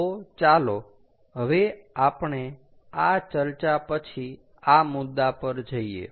તો ચાલો હવે આપણે આ ચર્ચા પછી આ મુદ્દા પર જઈએ